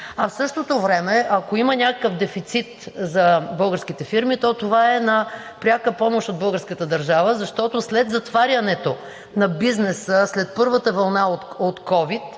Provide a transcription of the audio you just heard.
А в същото време, ако има някакъв дефицит за българските фирми, то това е на пряка помощ от българската държава, защото след затварянето на бизнеса, след първата вълна от ковид